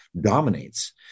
dominates